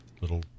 little